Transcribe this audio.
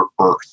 earth